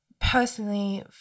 personally